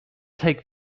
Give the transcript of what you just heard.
take